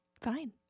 fine